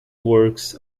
works